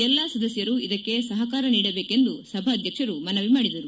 ಎಲ್ಲಾ ಸದಸ್ಟರು ಇದಕ್ಕೆ ಸಹಕಾರ ನೀಡಬೇಕೆಂದು ಸಭಾಧ್ಯಕ್ಷರು ಮನವಿ ಮಾಡಿದರು